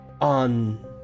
on